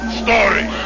story